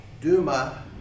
Duma